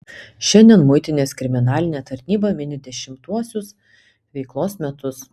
šiandien muitinės kriminalinė tarnyba mini dešimtuosius veiklos metus